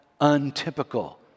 untypical